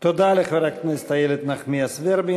תודה לחברת הכנסת איילת נחמיאס ורבין.